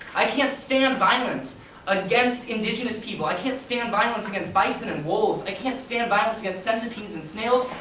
i can't stand violence against indigenous people, i can't stand violence against bison and wolves, i can't stand violence against centipedes and snails,